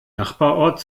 nachbarort